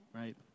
Right